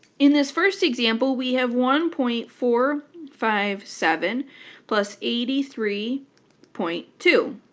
in this first example we have one point four five seven plus eighty three point two.